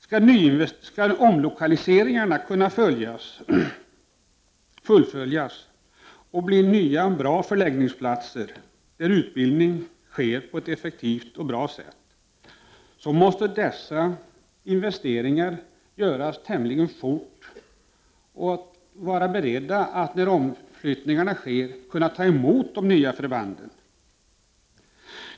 Skall omlokaliseringarna kunna fullföljas så att vi får nya och bra förläggningsplatser där utbildning kan ske på ett effektivt och bra sätt, måste dessa investeringar göras tämligen snabbt. När omflyttningarna sker måste man vara beredd att kunna ta emot de nya förbanden.